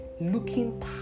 Looking